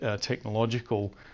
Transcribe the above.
technological